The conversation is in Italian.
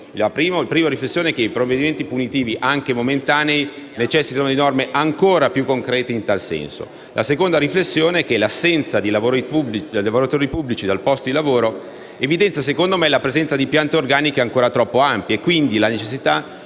fare due riflessioni. Innanzitutto, i provvedimenti punitivi, anche momentanei, necessitano di norme ancora più concrete in tal senso. La seconda riflessione è che l’assenza di lavoratori pubblici dal posto di lavoro evidenzia - secondo me - la presenza di piante organiche ancora troppo ampie e, quindi, la necessità